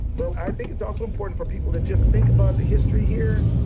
but i think it's also important for people to just think about the history here.